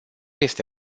este